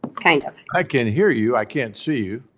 kind of. i can hear you. i can't see you.